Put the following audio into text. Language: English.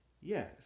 Yes